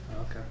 Okay